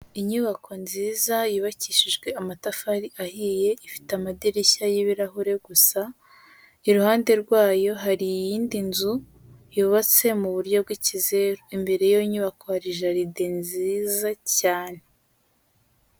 Inyubako nziza yubakishijwe amatafari ahiye ifite amadirishya y'ibirahure gusa, iruhande rwayo hari iyindi nzu yubatse mu buryo bw'ikizeru, imbere y'iyo nyubako hari jaride nziza cyane.